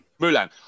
Mulan